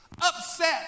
Upset